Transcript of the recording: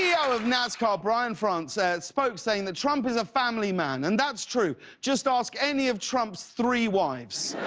yeah o. of nascar, brian france, and spoke saying that trump is a family man. and it's true. just ask any of trump's three wives.